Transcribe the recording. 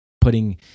putting